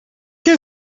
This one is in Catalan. què